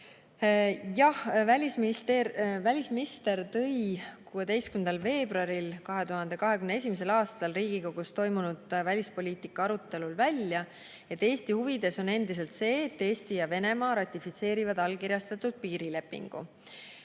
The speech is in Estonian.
Jah, välisminister tõi 16. veebruaril 2021. aastal Riigikogus toimunud välispoliitika arutelul välja, et Eesti huvides on endiselt see, et Eesti ja Venemaa ratifitseerivad allkirjastatud piirilepingu.